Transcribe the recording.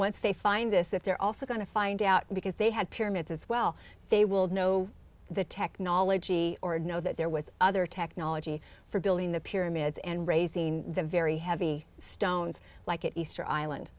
once they find this if they're also going to find out because they had pyramids as well they will know the technology or know that there was other technology for building the pyramids and raising the very heavy stones like at easter island